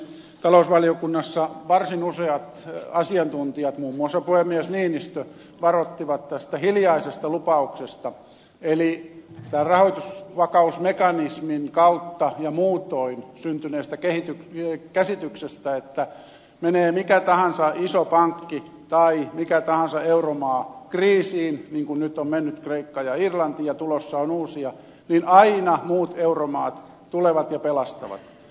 talousvaliokunnassa varsin useat asiantuntijat muun muassa puhemies niinistö varoittivat tästä hiljaisesta lupauksesta eli rahoitusvarausmekanismin kautta ja muutoin syntyneestä käsityksestä että menee mikä tahansa iso pankki tai mikä tahansa euromaa kriisiin niin kuin nyt on mennyt kreikka ja irlanti ja tulossa on uusia niin aina muut euromaat tulevat ja pelastavat